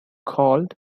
called